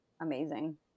amazing